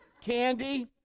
candy